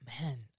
Man